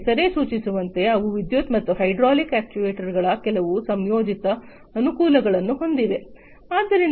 ಈ ಹೆಸರೇ ಸೂಚಿಸುವಂತೆ ಅವು ವಿದ್ಯುತ್ ಮತ್ತು ಹೈಡ್ರಾಲಿಕ್ ಅಕ್ಚುಯೆಟರ್ಸ್ಗಳ ಕೆಲವು ಸಂಯೋಜಿತ ಅನುಕೂಲಗಳನ್ನು ಹೊಂದಿವೆ